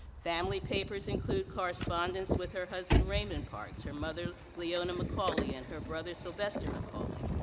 family papers include correspondence with her husband raymond parks, her mother leona mccauley and her brother silvester mccauley.